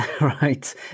right